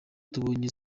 tubonye